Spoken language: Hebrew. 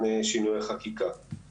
שינויי חקיקה.